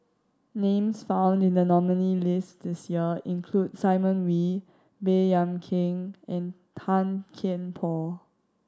names found in the nominee list this year include Simon Wee Baey Yam Keng and Tan Kian Por